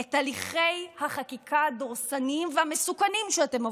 את הליכי החקיקה הדורסניים והמסוכנים שאתם מובילים.